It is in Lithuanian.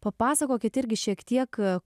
papasakokit irgi šiek tiek